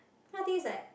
cause I think it's like